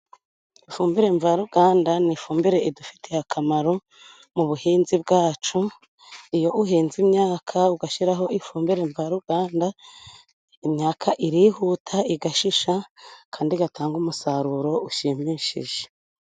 Ifumbire mvaruganda ni ifumbire idufitiye akamaro mu buhinzi bwacu. Iyo uhinze imyaka ugashyiraho ifumbire mvaruganda, imyaka irihuta igashisha kandi igatanga umusaruro ushimishije.